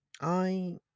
I